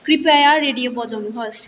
कृपया रेडियो बजाउनु होस्